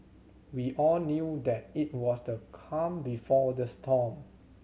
we all knew that it was the calm before the storm